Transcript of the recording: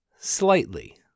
slightly